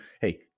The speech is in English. hey